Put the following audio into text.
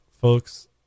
Folks